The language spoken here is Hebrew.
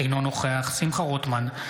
אינו נוכח שמחה רוטמן,